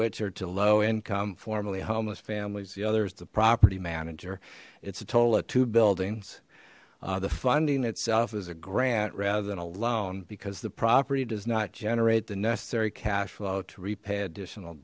which are two low income formerly homeless families the other is the property manager it's a total of two buildings the funding itself is a grant rather than a loan because the property does not generate the necessary cash flow to repay additional